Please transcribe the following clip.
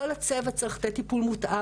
כל הצוות צריך לתת טיפול מותאם.